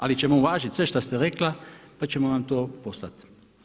Ali ćemo uvažiti sve što ste rekla pa ćemo vam to poslati.